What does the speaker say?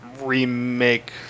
remake